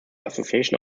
association